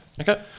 Okay